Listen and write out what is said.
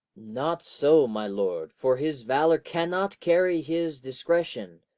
not so, my lord for his valour cannot carry his discretion,